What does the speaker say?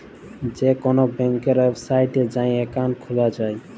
যে কল ব্যাংকের ওয়েবসাইটে যাঁয়ে একাউল্ট খুলা যায়